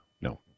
no